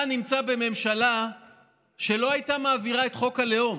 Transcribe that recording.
אתה נמצא בממשלה שלא היית מעבירה את חוק הלאום.